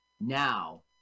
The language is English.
Now